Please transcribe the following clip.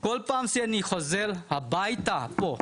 כל פעם שאני חוזר הבייתה, לפה,